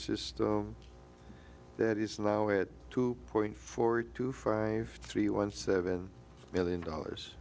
system that is now at two point four two five three one seven million dollars